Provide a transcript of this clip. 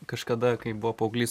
kažkada kai buvo paauglys